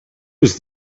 was